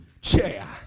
chair